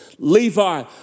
Levi